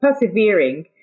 persevering